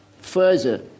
further